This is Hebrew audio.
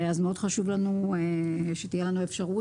מאוד חשוב לנו שתהיה לנו אפשרות,